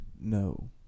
No